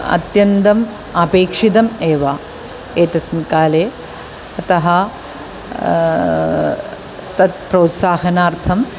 अत्यन्तम् अपेक्षितम् एव एतस्मिन् काले अतः तत् प्रोत्साहनार्थम्